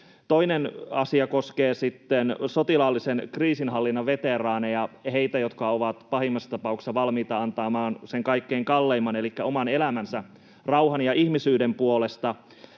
Toinen asia koskee sitten sotilaallisen kriisinhallinnan veteraaneja, heitä, jotka ovat pahimmassa tapauksessa valmiita antamaan sen kaikkein kalleimman elikkä oman elämänsä rauhan ja ihmisyyden puolesta.